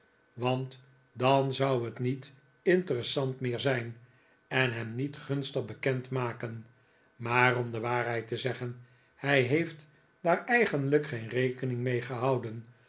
want dan zou het niet interessant meer zijn en hem niet gunstig bekend maken maar om de waarheid te zeggen hij heeft daar eigenlijk geen rekening mee gehouden